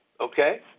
okay